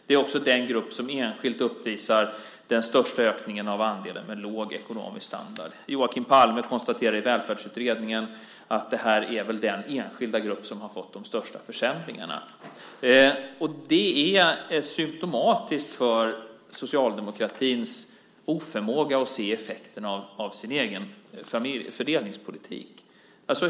Det är också den grupp som enskilt uppvisar den största ökningen av andelen med låg ekonomisk standard. Joakim Palme konstaterar i Välfärdsutredningen att det här väl är den enskilda grupp som har fått de största försämringarna. Och det är symtomatiskt för socialdemokratins oförmåga att se effekterna av sin egen fördelningspolitik.